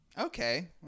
Okay